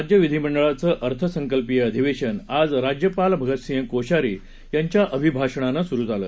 राज्य विधिमंडळाचं अर्थसंकल्पीय अधिवेशन आज राज्यपाल भगतसिंग कोश्यारी यांच्या अभिभाषणानं सुरू झालं